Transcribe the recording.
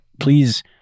Please